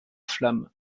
flammes